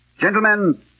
Gentlemen